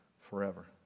forever